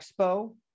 expo